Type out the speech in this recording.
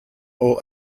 all